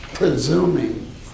Presuming